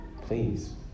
Please